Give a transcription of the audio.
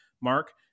Mark